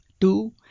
Two